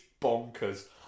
bonkers